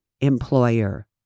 employer